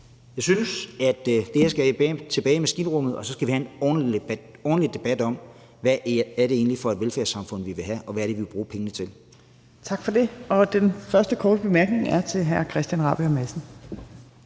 Jeg synes, det her skal tilbage i maskinrummet, og så skal vi have en ordentlig debat om, hvad det egentlig er for et velfærdssamfund, vi vil have, og hvad det er, vi vil bruge pengene til. Kl. 12:04 Tredje næstformand (Trine Torp): Tak for det. Den første korte bemærkning er til hr. Christian Rabjerg Madsen.